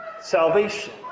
salvation